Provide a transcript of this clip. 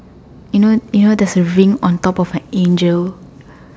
you know you know there's a ring on top of a Angel